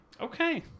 Okay